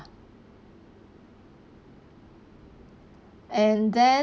and then